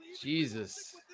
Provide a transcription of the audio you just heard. Jesus